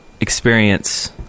experience